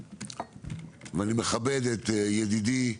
אני מכבד את ידידי ורעי,